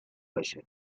بشه